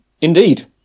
indeed